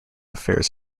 affairs